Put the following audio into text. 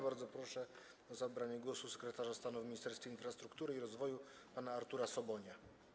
Bardzo proszę o zabranie głosu sekretarza stanu w Ministerstwie Inwestycji i Rozwoju pana Artura Sobonia.